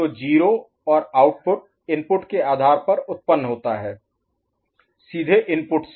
तो 0 और output input के आधार पर उत्पन्न होता है सीधे इनपुट से